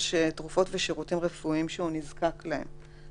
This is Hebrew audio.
תרופות ושירותים רפואיים שהוא נזקק להם.